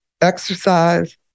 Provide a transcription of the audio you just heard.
Exercise